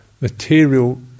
material